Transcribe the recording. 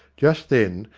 just then,